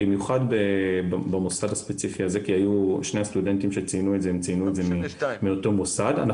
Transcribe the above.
במיוחד במוסד הספציפי הזה כי שני הסטודנטים שציינו את זה הם מאותו מוסד.